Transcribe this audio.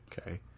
Okay